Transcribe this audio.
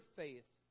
faith